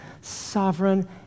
sovereign